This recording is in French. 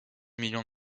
millions